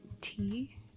tea